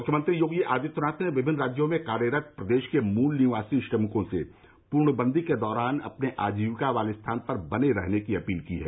मुख्यमंत्री योगी आदित्यनाथ ने विभिन्न राज्यों में कार्यरत प्रदेश के मूल निवासी श्रमिकों से पूर्णबन्दी के दौरान अपने आजीविका वाले स्थान पर बने रहने की अपील की है